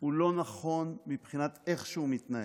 הוא לא נכון מבחינת איך שהוא מתנהל,